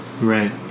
Right